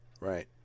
Right